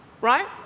right